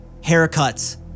haircuts